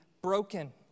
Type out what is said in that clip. broken